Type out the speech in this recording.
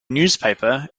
newspaper